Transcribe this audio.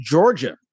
Georgia